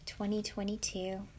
2022